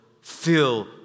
fill